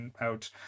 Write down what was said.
out